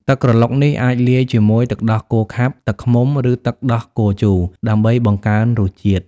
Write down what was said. ទឹកក្រឡុកនេះអាចលាយជាមួយទឹកដោះគោខាប់ ទឹកឃ្មុំ ឬទឹកដោះគោជូរ ដើម្បីបង្កើនរសជាតិ។